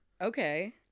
Okay